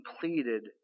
completed